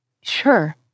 Sure